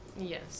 Yes